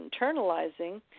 internalizing